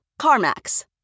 CarMax